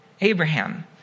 Abraham